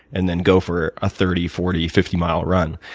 and then go for a thirty, forty, fifty mile run.